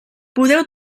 podeu